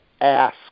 ask